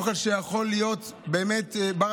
אוכל שיכול להיות בר-אכילה,